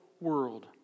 world